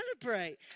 celebrate